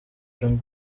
jong